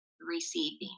receiving